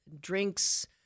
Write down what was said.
drinks